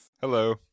Hello